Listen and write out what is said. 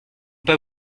pas